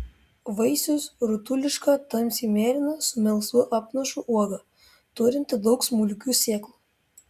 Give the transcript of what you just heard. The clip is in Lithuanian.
vaisius rutuliška tamsiai mėlyna su melsvu apnašu uoga turinti daug smulkių sėklų